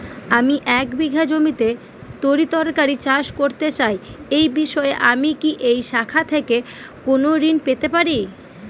আমি এক বিঘা জমিতে তরিতরকারি চাষ করতে চাই এই বিষয়ে আমি কি এই শাখা থেকে কোন ঋণ পেতে পারি?